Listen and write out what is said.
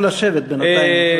אדוני יכול לשבת בינתיים.